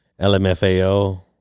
LMFAO